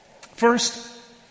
First